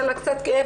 יאללה קצת כאב,